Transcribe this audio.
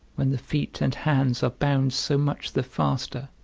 when the feet and hands are bound so much the faster,